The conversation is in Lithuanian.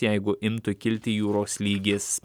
jeigu imtų kilti jūros lygis